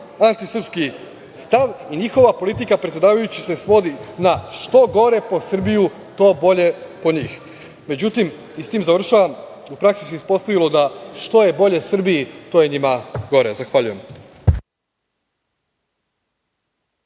antisrpski stav i njihova politika, predsedavajući, svodi se na – što gore po Srbiju, to bolje po njih. Međutim, i s tim završavam, u praksi se ispostavilo da što je bolje Srbiji, to je njima gore. Zahvaljujem.